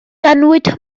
ganwyd